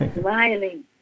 smiling